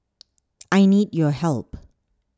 I need your help